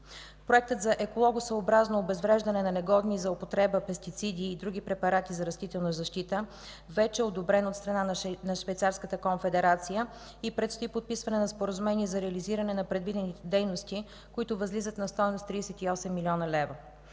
Проектът за екологосъобразно обезвреждане на негодни за употреба пестициди и други препарати за растителна защита вече е одобрен от страна на Швейцарската конфедерация и предстои подписване на споразумение за реализиране на превантивните дейности, които възлизат на стойност 38 млн. лв.